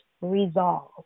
resolve